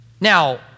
Now